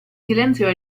silenzio